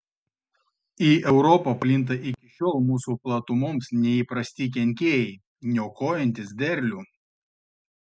į europą plinta iki šiol mūsų platumoms neįprasti kenkėjai niokojantys derlių